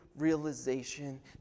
realization